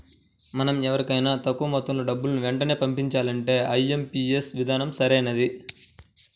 మనం వేరెవరికైనా తక్కువ మొత్తంలో డబ్బుని వెంటనే పంపించాలంటే ఐ.ఎం.పీ.యస్ విధానం సరైనది